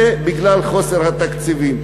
זה בגלל חוסר התקציבים.